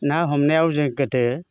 ना हमनायाव जों गोदो